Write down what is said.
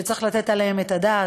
שצריך לתת עליהם את הדעת,